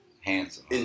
Handsome